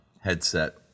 headset